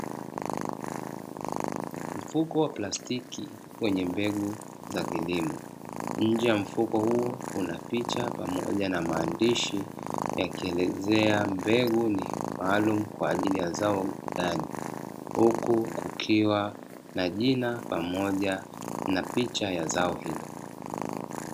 Mfuko wa plastiki wenye mbegu za kilimo nje ya mfuko huu kuna picha pamoja na maandishi, yakielezea mbegu ni maalumu kwa ajili ya zao gani huku kukiwa na jina pamoja na picha ya zao hilo.